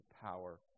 power